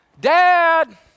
dad